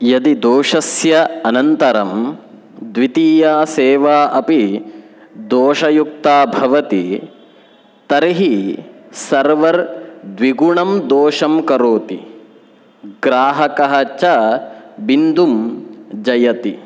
यदि दोषस्य अनन्तरं द्वितीया सेवा अपि दोषयुक्ता भवति तर्हि सर्वर् द्विगुणं दोषं करोति ग्राहकः च बिन्दुं जयति